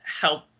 help